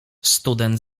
student